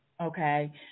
okay